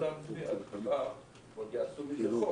מחר עוד יעשו מזה חוק,